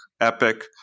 Epic